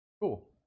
Cool